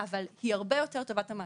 אבל היא הרבה יותר לטובת המעסיק.